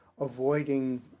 avoiding